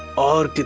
are